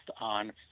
on